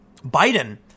Biden